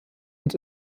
und